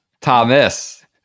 Thomas